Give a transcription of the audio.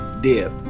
dip